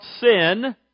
sin